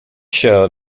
show